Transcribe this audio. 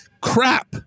crap